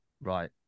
Right